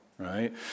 right